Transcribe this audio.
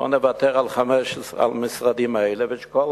בואו נוותר על 15 המשרדים האלה, ושכל